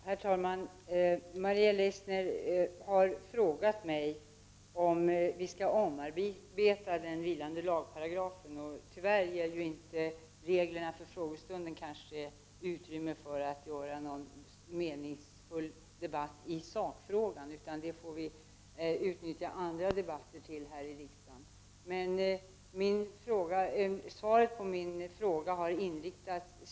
Herr talman! Maria Leissner har frågat mig om vi skall omarbeta den vilande lagparagrafen. Tyvärr ger inte reglerna för frågestunder utrymme för en meningsfull debatt i sakfrågan. Vi får utnyttja andra debatter i riksdagen för det.